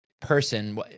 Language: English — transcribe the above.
person